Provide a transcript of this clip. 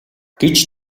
гэж